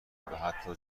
حتی